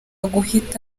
guhita